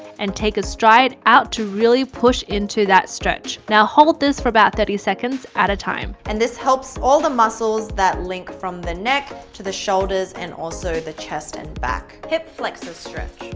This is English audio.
and take a stride out to really push into that stretch, now hold this for about thirty seconds at a time, and this helps all the muscles that link from the neck to the shoulders and also the chest and back, hip flexor stretch,